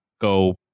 go